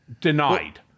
denied